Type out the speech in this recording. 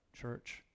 church